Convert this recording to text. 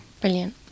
Brilliant